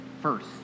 First